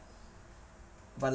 but